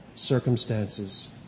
Circumstances